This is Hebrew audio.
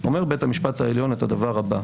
אומר בית המשפט העליון את הדבר הבא.